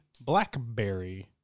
Blackberry